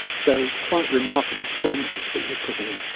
so, it was quite remarkable performances that he was putting in.